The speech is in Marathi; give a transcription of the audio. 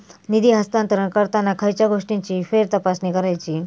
निधी हस्तांतरण करताना खयच्या गोष्टींची फेरतपासणी करायची?